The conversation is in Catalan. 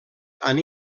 han